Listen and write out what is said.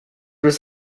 was